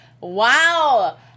Wow